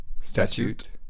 statute